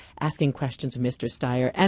asking questions of mr. steyer. and